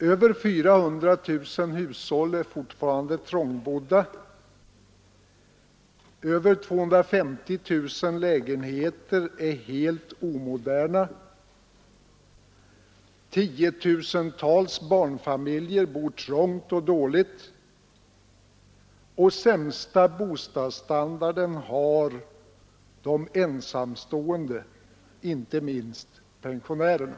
Över 400 000 hushåll är fortfarande trångbodda, över 250 000 lägenheter är helt omoderna, 10 000-tals barnfamiljer bor trångt och dåligt, och den sämsta bostadsstandarden har de ensamstående, inte minst pensionärerna.